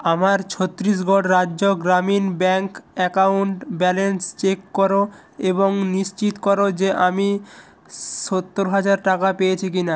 আমার Chhattisgarh Rajya Gramin bank account balance check করো এবং নিশ্চিত করো যে আমি সত্তর হাজার টাকা পেয়েছি কি না